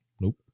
Nope